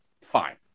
fine